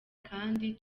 kandi